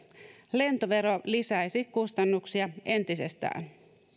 lentovero lisäisi kustannuksia entisestään